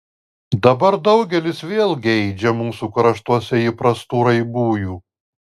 dabar daugelis vėl geidžia mūsų kraštuose įprastų raibųjų